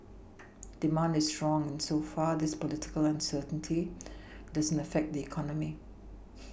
demand is strong and so far this political uncertainty doesn't affect the economy